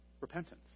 repentance